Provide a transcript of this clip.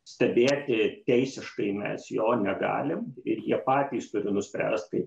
stebėti teisiškai mes jo negalim ir jie patys turi nuspręst kaip